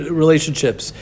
relationships